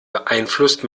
beeinflusst